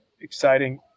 exciting